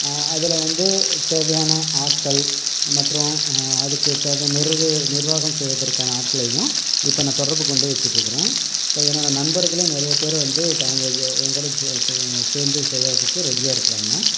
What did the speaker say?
அதில் வந்து தேவையான ஆட்கள் மற்றும் அதுக்குத் தேவையான நிர்கு நிர்வாகம் செய்வதற்கான ஆட்களையும் இப்போ நான் தொடர்பு கொண்டு வைச்சிட்டு இருக்கிறேன் இப்போ என்னோட நண்பர்களையும் நிறைய பேர் வந்து எங்களோட சேர்த்து சேர்ந்து செய்கிறதுக்கு ரெடியாக இருக்கிறாங்க